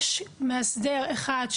יש מאסדר אחד,